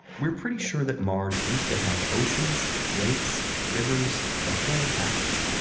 we're pretty sure that mars used to have oceans, lakes, rivers, the whole package.